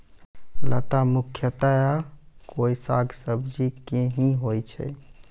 लता मुख्यतया कोय साग सब्जी के हीं होय छै